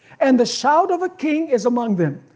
and the shout of a king is among them.